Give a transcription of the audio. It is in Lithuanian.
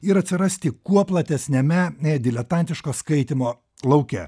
ir atsirasti kuo platesniame diletantiško skaitymo lauke